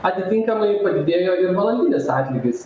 atitinkamai padidėjo ir valandinis atlygis